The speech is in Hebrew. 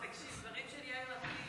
דברים של יאיר לפיד